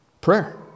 Prayer